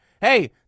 hey